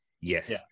yes